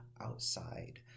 outside